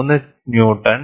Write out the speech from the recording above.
8 kilo newton